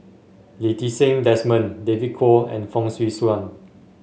Lee Ti Seng Desmond David Kwo and Fong Swee Suan